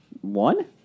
One